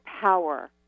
power